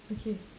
okay